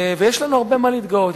ויש לנו הרבה במה להתגאות.